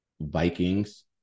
Vikings